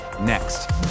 next